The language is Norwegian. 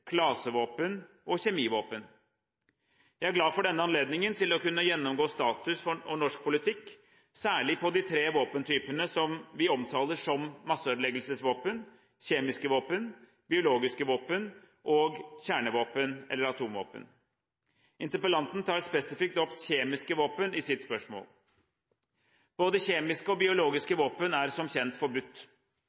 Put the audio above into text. klasevåpen og kjemivåpen. Jeg er glad for denne anledningen til å kunne gjennomgå status for norsk politikk, særlig for de tre våpentypene som vi omtaler som masseødeleggelsesvåpen: kjemiske våpen, biologiske våpen og kjernevåpen eller atomvåpen. Interpellanten tar spesifikt opp kjemiske våpen i sitt spørsmål. Både kjemiske og biologiske våpen er som kjent forbudt.